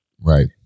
right